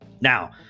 Now